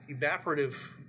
evaporative